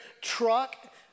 truck